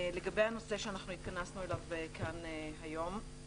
לגבי הנושא לשמו התכנסנו כאן היום.